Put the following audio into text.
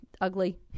ugly